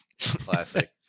Classic